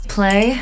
Play